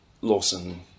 Lawson